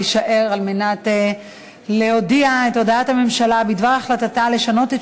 להישאר כדי להודיע את הודעת הממשלה בדבר החלטתה לשנות את